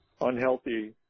unhealthy